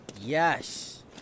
yes